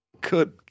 Good